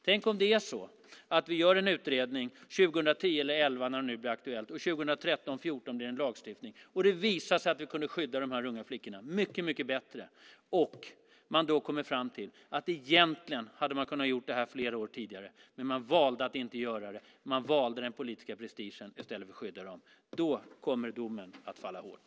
Tänk om vi gör en utredning 2010 eller 2011, eller när det nu blir aktuellt, och det blir en lagstiftning 2013 eller 2014 och det visar sig att vi kan skydda de här unga flickorna mycket bättre. Tänk om man då kommer fram till att man egentligen hade kunnat göra det här flera år tidigare, men man valde att inte göra det. Man valde den politiska prestigen i stället för att skydda dem. Då kommer domen att falla hårt.